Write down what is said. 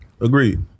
Agreed